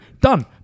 Done